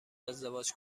ازدواج